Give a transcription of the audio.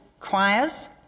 choirs